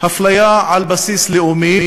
אפליה על בסיס לאומי,